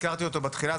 הזכרתי אותו בתחילה,